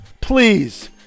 please